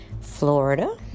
Florida